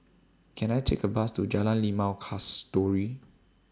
Can I Take A Bus to Jalan Limau Kasturi